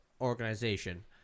organization